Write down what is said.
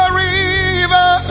river